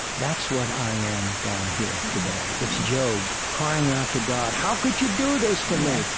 that's what i am down here, today. it's job crying out to god, how could you do this to me?